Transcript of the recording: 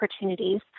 opportunities